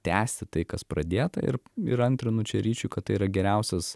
tęsti tai kas pradėta ir ir antrinu čia ryčiui kad tai yra geriausias